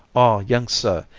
ah, young sir,